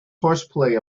horseplay